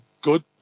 good